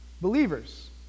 believers